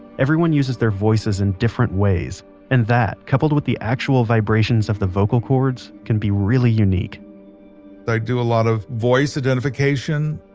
everyone uses their voices in different ways and that, coupled with the actual vibrations of their vocal cords, can be really unique i do a lot of voice identification,